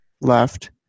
left